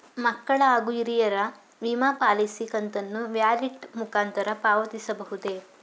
ಮಕ್ಕಳ ಹಾಗೂ ಹಿರಿಯರ ವಿಮಾ ಪಾಲಿಸಿ ಕಂತನ್ನು ವ್ಯಾಲೆಟ್ ಮುಖಾಂತರ ಪಾವತಿಸಬಹುದೇ?